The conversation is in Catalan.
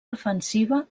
defensiva